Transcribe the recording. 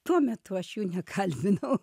tuo metu aš jų nekalbinau